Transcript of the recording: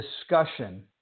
discussion